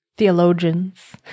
theologians